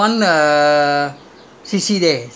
Raffles hospital right yes it's there